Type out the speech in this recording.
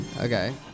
Okay